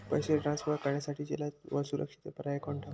पैसे ट्रान्सफर करण्यासाठी जलद व सुरक्षित पर्याय कोणता?